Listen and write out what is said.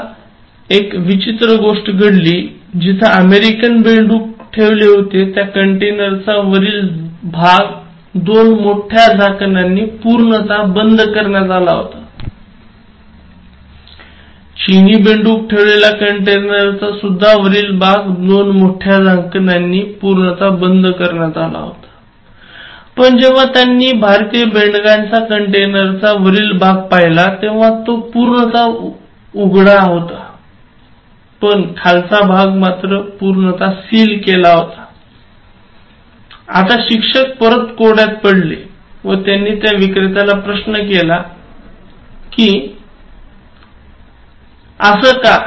आता एक विचित्र गोष्ट घडली जिथे अमेरिकन बेंडूक ठेवले होते त्या कंटेनरचा वरील भाग दोन मोठ्या झाकणानी पूर्णतः बंद करण्यात आला होता चिनीइझ बेडूक ठेवलेला कंटेनरचा वरील भाग सुद्धा दोन मोठ्या झाकणानी पूर्णतः बंद करण्यात आला होता पण जेव्हा त्यांनी भारतीय बेंडकाच्या कंटेनरचा वरील भाग पहिला तेव्हा ते पूर्णतः उघडे होते व खालचा भाग सील होता आता शिक्षक परत कोड्यात पडले व त्यांनी त्या विक्रेत्याला प्रश्न केला कि असं का